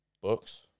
books